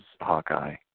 Hawkeye